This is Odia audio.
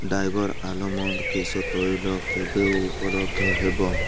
ଡାବର୍ ଆଲମଣ୍ଡ୍ କେଶ ତୈଳ କେବେ ଉପଲବ୍ଧ ହେବ